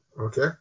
Okay